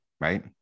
right